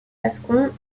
gascon